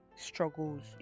struggles